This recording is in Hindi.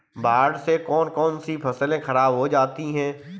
बाढ़ से कौन कौन सी फसल खराब हो जाती है?